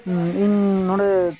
ᱤᱧ ᱱᱚᱰᱮ